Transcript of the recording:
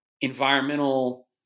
environmental